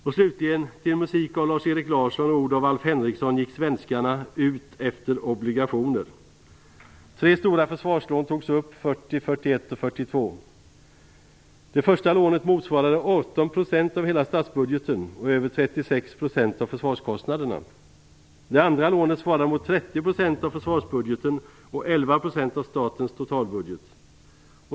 Och slutligen, till musik av Lars-Erik Larsson och ord av Alf Henrikson, gick svenskarna "ut efter obligationer". Tre stora försvarslån togs upp 1940, 1941 och 1942. Det första lånet motsvarade 18 % av hela statsbudgeten och över 36 % av försvarskostnaderna. Det andra lånet svarade mot 30 % av försvarsbudgeten och 11 % av statens totalbudget.